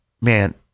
man